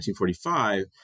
1945